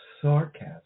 sarcasm